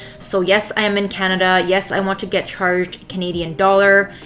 so yes, i am in canada. yes, i want to get charged canadian dollars.